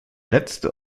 letzte